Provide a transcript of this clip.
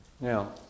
Now